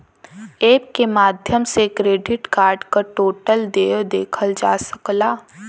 app के माध्यम से क्रेडिट कार्ड क टोटल देय देखल जा सकला